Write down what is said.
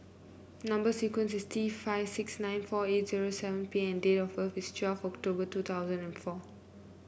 number sequence is T five six nine four eight zeri seven P and date of birth is twelve October two thousand and four